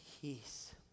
peace